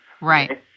Right